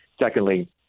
Secondly